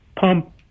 pump